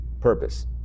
purpose